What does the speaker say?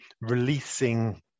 releasing